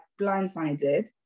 blindsided